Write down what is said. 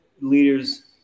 leaders